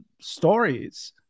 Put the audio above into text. stories